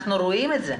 אנחנו רואים את זה.